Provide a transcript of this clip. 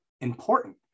important